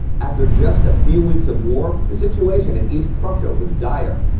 after just a few weeks of war the situation in east prussia was dire.